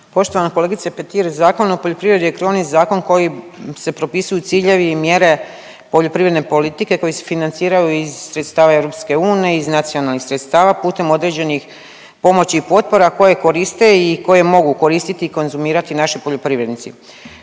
Poštovana kolegice Petir, Zakon o poljoprivredi je krovni zakon kojim se propisuju ciljevi i mjere poljoprivredne politike koji se financiraju iz sredstava EU iz nacionalnih sredstava putem određenih pomoći i potpora koje koriste i koje mogu koristiti i konzumirati naši poljoprivrednici.